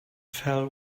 fell